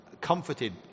comforted